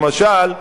למשל,